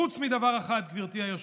חוץ מדבר אחד, גברתי היושבת-ראש,